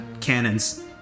cannons